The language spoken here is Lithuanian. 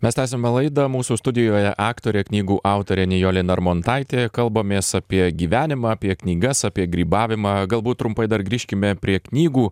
mes tęsiame laidą mūsų studijoje aktorė knygų autorė nijolė narmontaitė kalbamės apie gyvenimą apie knygas apie grybavimą galbūt trumpai dar grįžkime prie knygų